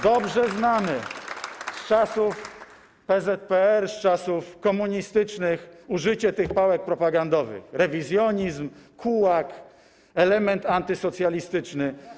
Dobrze znamy z czasów PZPR, z czasów komunistycznych użycie tych pałek propagandowych: rewizjonizm, kułak, element antysocjalistyczny.